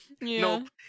Nope